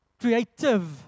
Creative